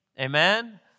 Amen